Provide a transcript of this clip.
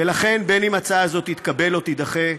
ולכן, בין שההצעה הזאת תתקבל ובין שתידחה,